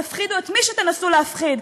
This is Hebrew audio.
תפחידו את מי שתנסו להפחיד,